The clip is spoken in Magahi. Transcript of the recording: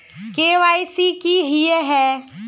के.वाई.सी की हिये है?